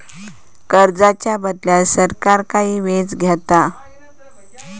कर्जाच्या बदल्यात सरकार काही व्याज घेता